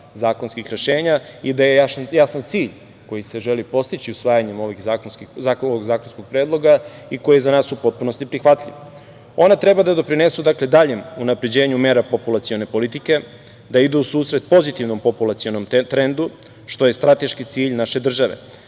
zakonskih rešenja i da je jasan cilj koji se želi postići usvajanjem ovog zakonskog predloga i koji je za nas u potpunosti prihvatljiv. Ona treba da doprinesu daljem unapređenju mera populacione politike, da idu u susret pozitivnom populacionom trendu, što je strateški cilj naše države.